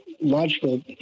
logical